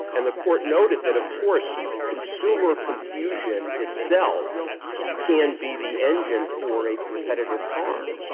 and the court noted that, of course, consumer confusion itself can be the engine for a competitor harm.